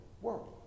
world